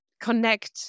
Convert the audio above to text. connect